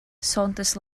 saunders